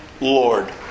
Lord